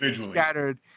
scattered